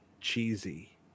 cheesy